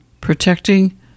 protecting